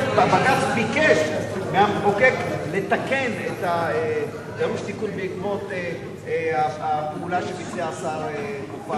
הבג"ץ ביקש מהמחוקק לתקן את הדרוש תיקון בעקבות הפעולה שביצע השר מופז.